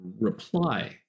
reply